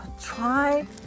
try